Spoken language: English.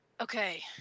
Okay